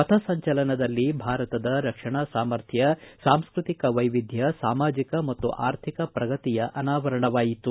ಪಥಸಂಚಲನದಲ್ಲಿ ಭಾರತದ ರಕ್ಷಣಾ ಸಾಮರ್ಥ್ಯ ಸಾಂಸೃತಿಕ ವೈವಿಧ್ಯತೆ ಸಾಮಾಜಕ ಮತ್ತು ಆರ್ಥಿಕ ಪ್ರಗತಿಯ ಅನಾವರಣವಾಯಿತು